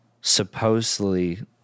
supposedly